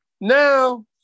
Now